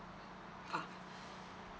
ah